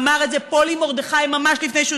אמר את זה פולי מרדכי ממש לפני שהוא